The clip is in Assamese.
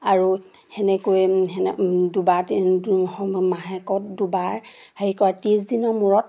আৰু সেনেকৈ সেনে দুবাৰ মাহেকত দুবাৰ হেৰি কৰা ত্ৰিছ দিনৰ মূৰত